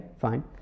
fine